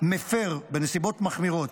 מפר בנסיבות מחמירות.